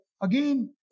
Again